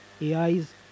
AI's